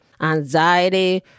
anxiety